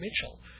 Mitchell